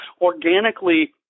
organically